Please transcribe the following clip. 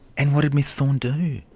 and what did ms thorne do?